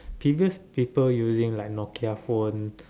previous people using like Nokia phone